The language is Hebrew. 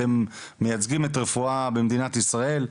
אתם מייצגים את הרפואה במדינת ישראל.